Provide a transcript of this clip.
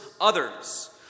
others